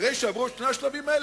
אחרי שעברו את שני השלבים האלה,